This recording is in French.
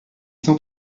cent